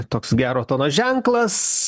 toks gero tono ženklas